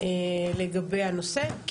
לגבי הנושא.